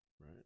right